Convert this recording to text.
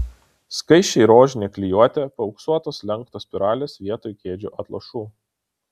skaisčiai rožinė klijuotė paauksuotos lenktos spiralės vietoj kėdžių atlošų